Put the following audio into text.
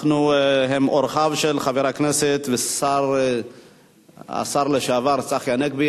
הם אורחיו של חבר הכנסת והשר לשעבר צחי הנגבי.